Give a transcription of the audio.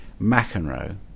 McEnroe